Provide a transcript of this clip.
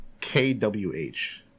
kwh